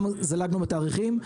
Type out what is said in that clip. גם זלגנו בתאריכים,